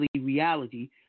reality